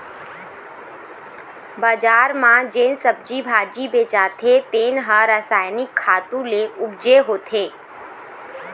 बजार म जेन सब्जी भाजी बेचाथे तेन ह रसायनिक खातू ले उपजे होथे